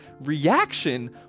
reaction